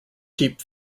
keep